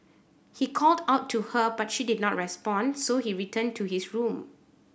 he called out to her but she did not respond so he returned to his room